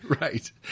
Right